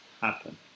happen